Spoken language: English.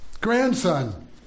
grandson